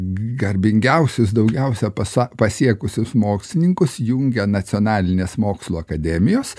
garbingiausius daugiausiai pasa pasiekusius mokslininkus jungia nacionalinės mokslų akademijos